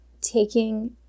taking